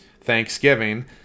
Thanksgiving